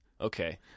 Okay